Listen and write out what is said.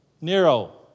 Nero